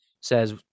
says